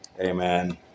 Amen